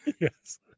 Yes